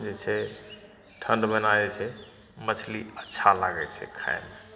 जे छै ठण्ड महिना जे छै मछली अच्छा लागै छै खाइमे